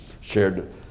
shared